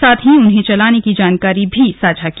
साथ ही उन्हें चलाने की जानकारी साझा की